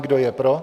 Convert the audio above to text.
Kdo je pro?